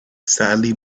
sadly